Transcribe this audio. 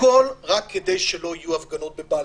הכול רק כדי שלא יהיו הפגנות בבלפור.